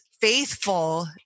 faithful